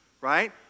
right